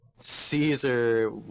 Caesar